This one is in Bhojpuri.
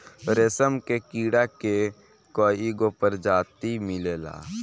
रेशम के कीड़ा के कईगो प्रजाति मिलेला